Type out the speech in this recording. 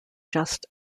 just